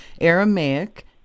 Aramaic